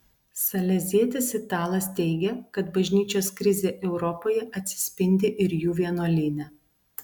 salezietis italas teigia kad bažnyčios krizė europoje atsispindi ir jų vienuolyne